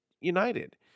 United